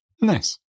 Nice